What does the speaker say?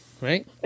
Right